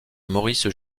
maurice